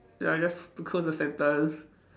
ya I just close the sentence